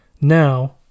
now